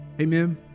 Amen